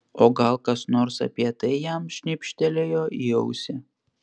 o gal kas nors apie tai jam šnibžtelėjo į ausį